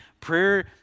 prayer